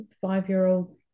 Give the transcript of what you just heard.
five-year-old